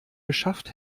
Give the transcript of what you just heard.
geschafft